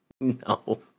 No